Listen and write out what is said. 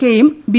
കെയും ബി